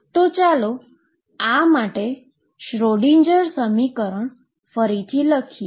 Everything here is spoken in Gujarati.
તો ચાલો આ માટે શ્રોડિંજર સમીકરણ ફરીથી લખીએ